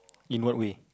in what way